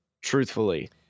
truthfully